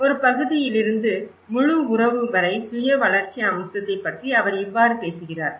ஒரு பகுதியிலிருந்து முழு உறவு வரை சுய வளர்ச்சி அம்சத்தைப் பற்றி அவர் இவ்வாறு பேசுகிறார்